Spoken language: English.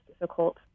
difficult